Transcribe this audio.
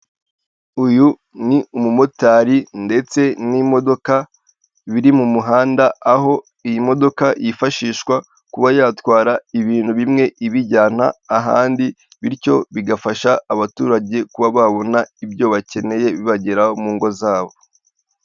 Uyu ni umumotari ndetse n'imodoka biri mu muhanda aho iyi modoka yifashishwa kuba yatwara ibintu bimwe ibijyana ahandi bityo bigafasha abaturage kuba babona ibyo bakeneye bibagera mu ngo zabo.